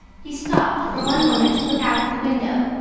he stopped for one moment to look out of the window.